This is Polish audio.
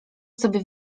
sobie